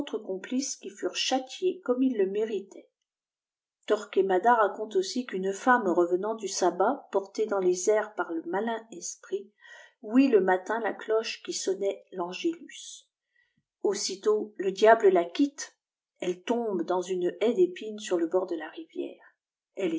complices qu fnrent châtiés ummails le méritaient torquemada raconte aussi qu'une fjmme revenant dii mâmtt portée dans les airs par le malin esprit ouït le matin ia cloobe qui sonnait v angélus aussitôt le diable la quhte ellekmriiè drtiis une haie d'épines sur le bord de la rivière